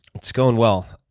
it's going well.